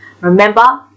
Remember